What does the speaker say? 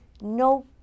no